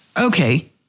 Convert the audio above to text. Okay